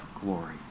glory